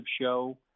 show